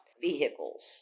vehicles